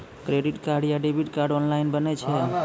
Credit card या debit card online बनै छै?